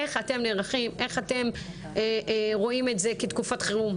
איך אתם נערכים איך אתם רואים את זה כתקופת חירום?